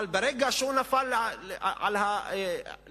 אבל ברגע שהוא נפל על הרצפה